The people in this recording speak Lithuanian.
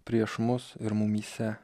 prieš mus ir mumyse